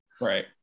Right